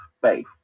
faith